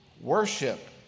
worship